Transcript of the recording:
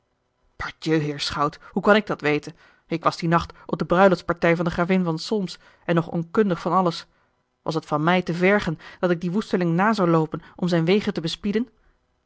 pardieu heer schout hoe kan ik dat weten ik was dien nacht op de bruiloftspartij van de gravin van solms en nog onkundig van alles was het van mij te vergen dat ik dien woesteling na zou loopen om zijne wegen te bespieden